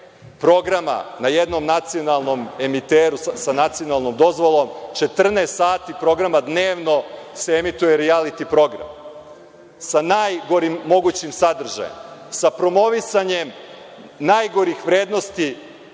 programa na jednom nacionalnom emiteru sa nacionalnom dozvolom, 14 sati programa dnevno se emituje rijaliti program sa najgorim mogućim sadržajem, sa promovisanjem najgorih vrednosti